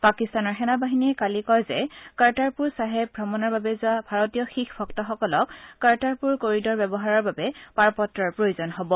পাকিস্তানৰ সেনাবাহিনীয়ে কালি কয় যে কৰ্টাৰপুৰ চাহেব ভ্ৰমণৰ বাবে যোৱা ভাৰতীয় শিখ ভক্তসকলক কৰ্টাৰপুৰ কৰিডৰ ব্যৱহাৰৰ বাবে পাৰপত্ৰৰ প্ৰয়োজন হব